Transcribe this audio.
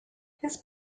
his